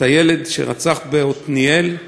את הילד שרצח בעתניאל,